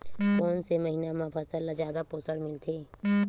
कोन से महीना म फसल ल जादा पोषण मिलथे?